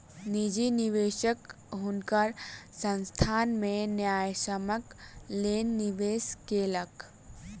निजी निवेशक हुनकर संस्थान में न्यायसम्यक लेल निवेश केलक